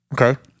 Okay